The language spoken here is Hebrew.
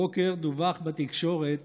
הבוקר דווח בתקשורת